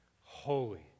holy